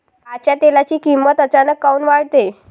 खाच्या तेलाची किमत अचानक काऊन वाढते?